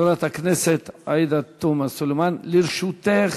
חברת הכנסת עאידה תומא סלימאן, לרשותך